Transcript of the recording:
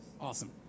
Awesome